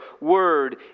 word